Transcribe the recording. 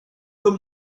them